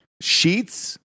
Sheets